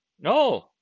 No